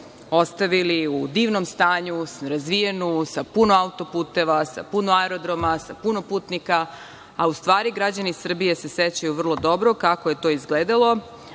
ostavili u divnom stanju, razvijenu, sa puno autoputeva, sa puno aerodroma, sa puno putnika, a u stvari građani Srbije se sećaju vrlo dobro kako je to izgledalo,